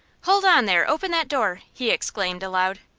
hold on there! open that door! he exclaimed, aloud.